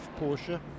Porsche